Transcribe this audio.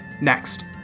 Next